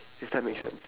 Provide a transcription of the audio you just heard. if that makes sense